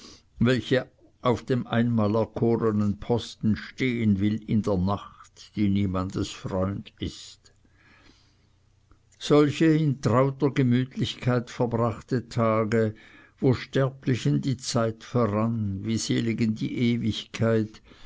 welche auf dem einmal erkornen posten stehen will in der nacht die niemandes freund ist solche in trauter gemütlichkeit verbrachte tage wo sterblichen die zeit verrann wie seligen die ewigkeit